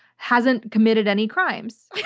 hasn't committed any crimes.